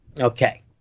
Okay